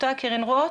רוט.